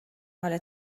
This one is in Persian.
حال